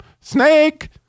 Snake